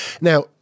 Now